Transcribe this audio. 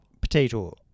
Potato